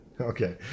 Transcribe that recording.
Okay